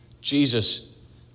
Jesus